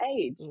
age